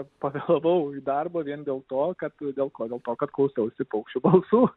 pavėlavau į darbą vien dėl to kad dėl ko dėl to kad klausiausi paukščių balsų